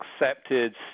accepted